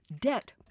Debt